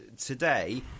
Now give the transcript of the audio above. today